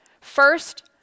First